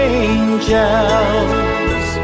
angels